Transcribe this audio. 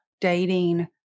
dating